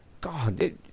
God